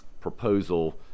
proposal